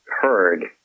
heard